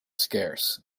scarce